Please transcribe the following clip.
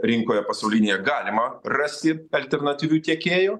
rinkoje pasaulinėje galima rasti alternatyvių tiekėjų